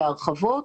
להרחבות.